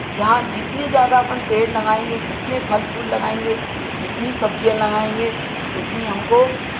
जहाँ जितनी ज़्यादा अपन पेड़ लगाएँगे जितने फल फूल लगाएँगे जितनी सब्जियाँ लगाएँगे उतनी हमको